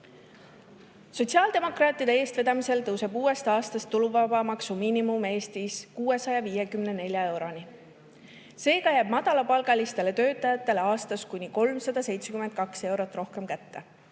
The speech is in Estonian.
ettevõtjale. Sotsiaaldemokraatide eestvedamisel tõuseb uuest aastast tulumaksuvaba miinimum Eestis 654 euroni. Seega jääb madalapalgalistele töötajatele aastas kuni 372 eurot rohkem kätte.